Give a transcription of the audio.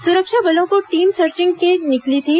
सुरक्षा बलों की टीम सर्चिंग के निकली थी